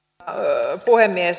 arvoisa puhemies